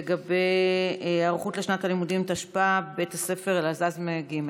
לגבי היערכות לשנת הלימודים תשפ"א בבית הספר אל-עזאזמה ג'.